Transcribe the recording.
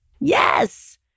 Yes